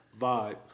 vibe